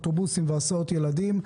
אוטובוסים והסעות ילדים.